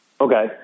Okay